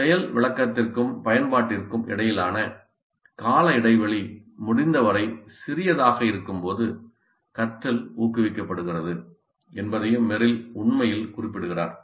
செயல் விளக்கத்திற்கும் பயன்பாட்டிற்கும் இடையிலான கால இடைவெளி முடிந்தவரை சிறியதாக இருக்கும்போது கற்றல் ஊக்குவிக்கப்படுகிறது என்பதையும் மெரில் உண்மையில் குறிப்பிடுகிறார்